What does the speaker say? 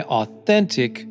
authentic